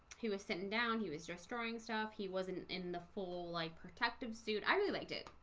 he was sitting down. he was just drawing stuff. he wasn't in the full like protective suit. i really liked it.